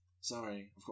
Sorry